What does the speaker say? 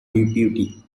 deputy